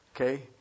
Okay